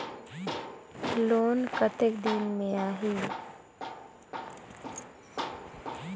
Loan कतेक दिन मे आही?